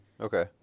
Okay